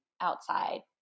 outside